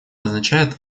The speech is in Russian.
означает